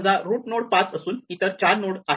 समजा root node 5 असून इतर 4 नोड आहेत